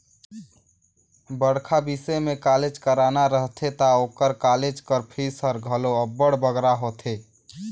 बड़खा बिसे में कॉलेज कराना रहथे ता ओकर कालेज कर फीस हर घलो अब्बड़ बगरा होथे